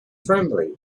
friendly